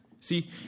See